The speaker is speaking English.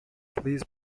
please